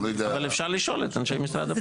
אבל אפשר לשאול את אנשי משרד האוכלוסין.